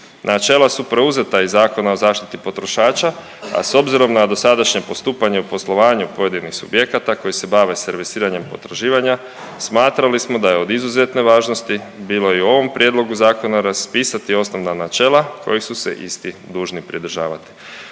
Načela su preuzeta iz Zakona o zaštiti potrošača, a s obzirom na dosadašnje postupanje u poslovanju pojedinih subjekata koji se bave servisiranjem potraživanja, smatrali smo da je od izuzetne važnosti bilo i u ovom prijedlogu zakona raspisati osnovna načela kojih su se isti dužni pridržavati.